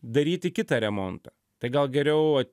daryti kitą remontą tai gal geriau